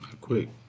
Quick